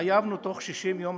חייבים להעביר הצעה בתוך 60 יום.